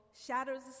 shatters